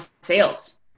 sales